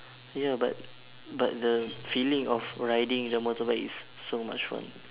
ya but but the feeling of riding the motorbike is so much fun